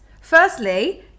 Firstly